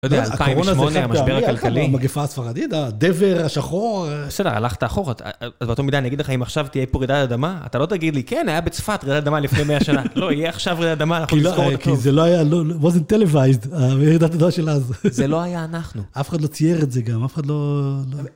אני לא יודע, הקורונה זה פעמים, הגפה הספרדית, הדבר השחור. בסדר, הלכת אחורה. אז באותו מידה אני אגיד לך, אם עכשיו תהיה פה רידת אדמה, אתה לא תגיד לי, כן, היה בצפת רעידת אדמה לפני מאה שנה. לא, יהיה עכשיו רעידת אדמה, אנחנו נזכור את זה טוב. כי זה לא היה, זה לא היה "טלווייזד", הרעידת אדמה של אז. זה לא היה אנחנו. אף אחד לא צייר את זה גם, אף אחד לא...